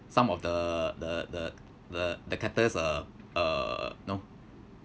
some of the the the the the cactus uh uh you know